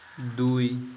ଦୁଇ